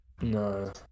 no